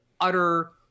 utter